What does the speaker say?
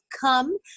come